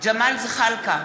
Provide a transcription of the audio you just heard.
ג'מאל זחאלקה,